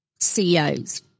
CEOs